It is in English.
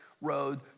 road